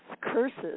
curses